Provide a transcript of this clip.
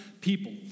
people